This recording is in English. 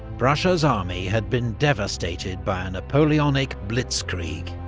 prussia's army had been devastated by a napoleonic blitzkrieg